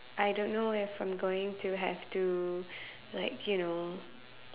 I don't know if I'm going to have to like you know